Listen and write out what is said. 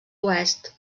oest